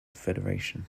federation